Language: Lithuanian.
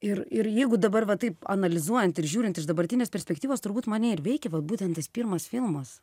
ir ir jeigu dabar va taip analizuojant ir žiūrint iš dabartinės perspektyvos turbūt mane ir veikė vat būtent tas pirmas filmas